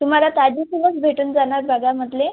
तुम्हाला ताजी फुलंच भेटून जाणार बागांमधले